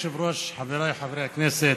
אדוני היושב-ראש, חבריי חברי הכנסת,